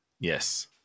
yes